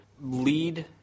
lead